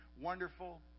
wonderful